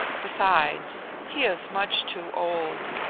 besides, he is much too old.